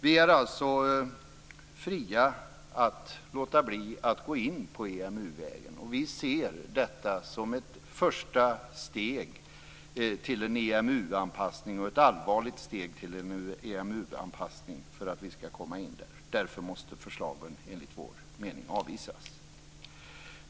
Vi är alltså fria att låta bli att gå in på EMU Vi ser detta som ett första och allvarligt steg till en EMU-anpassning, för att vi skall komma in där. Därför måste förslagen enligt vår mening avvisas. Fru talman!